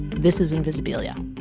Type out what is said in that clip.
this is invisibilia